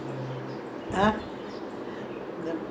body lah pump பண்ணிட்டு இருப்பாங்க:pannittu irupangga